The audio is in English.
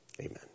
amen